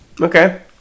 Okay